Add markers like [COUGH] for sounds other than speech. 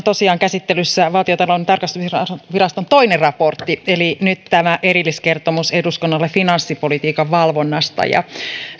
[UNINTELLIGIBLE] tosiaan käsittelyssä valtiontalouden tarkastusviraston toinen raportti eli nyt tämä erilliskertomus eduskunnalle finanssipolitiikan valvonnasta